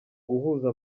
guhuza